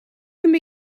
can